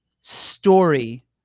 story